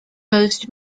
most